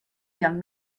young